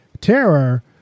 terror